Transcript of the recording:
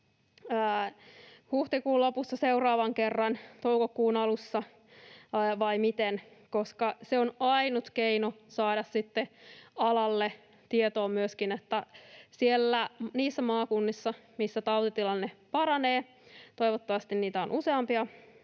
huhtikuun lopussa, toukokuun alussa vai miten, koska se on ainut keino saada tietoa myöskin alalle, niin että niissä maakunnissa, missä tautitilanne paranee — toivottavasti niitä on useampia